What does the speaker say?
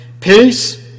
Peace